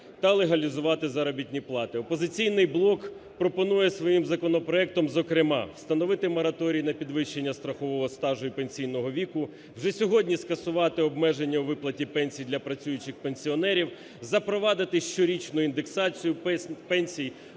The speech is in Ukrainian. та легалізувати заробітні плати. "Опозиційний блок" пропонує своїм законопроектом, зокрема: встановити мораторій на підвищення страхового стажу і пенсійного віку; вже сьогодні скасувати обмеження у виплаті пенсій для працюючих пенсіонерів; запровадити щорічну індексацію пенсій;